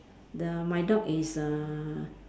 the my dog is uh